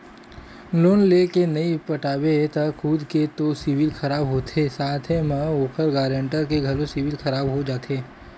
loan लेय के नइ पटाबे त खुद के तो सिविल खराब होथे साथे म ओखर गारंटर के घलोक सिविल खराब हो जाथे